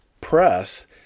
press